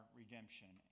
redemption